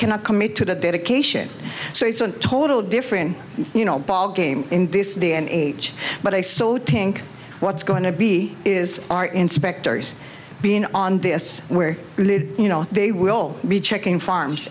cannot commit to the dedication so it's a total different you know ballgame in this day and age but i so tank what's going to be is our inspectors being on this where you know they will be checking farms